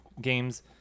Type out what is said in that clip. games